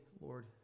Lord